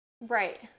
Right